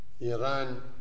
Iran